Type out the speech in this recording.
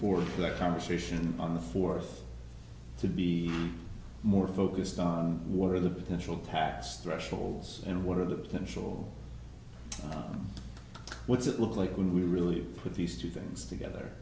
forth the conversation on the fourth to be more focused on what are the potential tax thresholds and what are the potential what's it look like we really put these two things together